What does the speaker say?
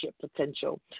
potential